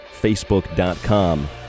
facebook.com